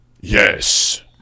Yes